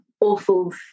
awful